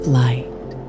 light